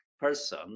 person